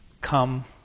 Come